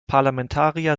parlamentarier